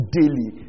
daily